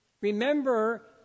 Remember